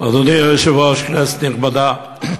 אדוני היושב-ראש, כנסת נכבדה,